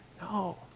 No